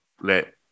let